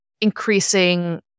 increasing